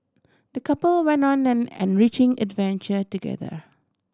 the couple went on an enriching adventure together